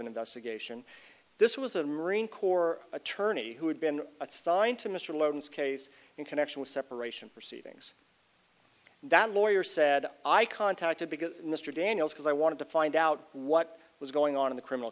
an investigation this was a marine corps attorney who had been assigned to mr lowndes case in connection with separation proceedings that lawyer said i contacted because mr daniels because i wanted to find out what was going on in the criminal